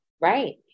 Right